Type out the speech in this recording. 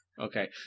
Okay